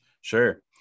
Sure